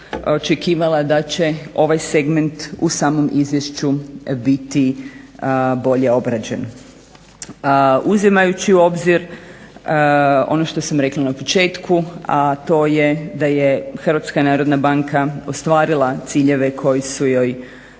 očekivala da će ovaj segment u samom izvješću biti bolje obrađen. Uzimajući u obzir ono što sam rekla na početku, a to je da je HNB ostvarila ciljeve koji su joj